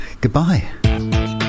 goodbye